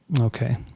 Okay